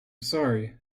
sorry